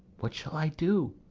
what shall i do?